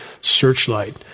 Searchlight